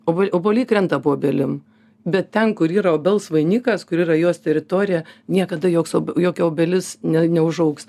ob obuoliai krenta po obelim bet ten kur yra obels vainikas kur yra jos teritorija niekada joks jokia obelis ne neužaugs